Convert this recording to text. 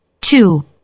two